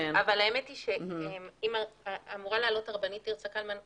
אבל האמת היא שאמורה לדבר הרבנית תרצה קלמן,